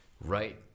right